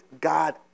God